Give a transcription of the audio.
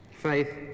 faith